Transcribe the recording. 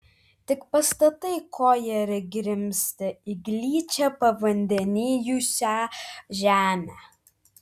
tik pastatai koją ir grimzti į gličią pavandenijusią žemę